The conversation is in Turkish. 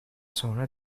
sonra